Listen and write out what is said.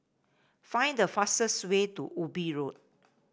find the fastest way to Ubi Road